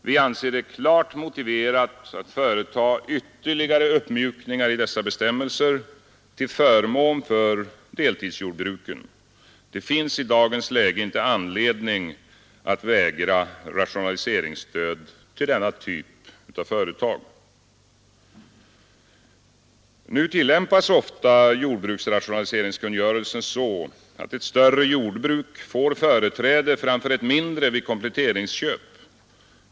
Vi anser det klart motiverat att företa ytterligare uppmjukningar i dessa bestämmelser till förmån för deltidsjordbruken. Det finns i dagens läge inte anledning att vägra rationaliseringsstöd till denna typ av företag. Nu tillämpas ofta jordbruksrationaliseringskungörelsen så, att ett större jordbruk får företräde framför ett mindre vid kompletteringsköp.